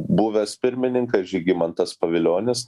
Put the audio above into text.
buvęs pirmininkas žygimantas pavilionis